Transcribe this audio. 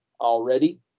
already